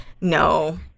no